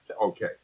Okay